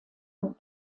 und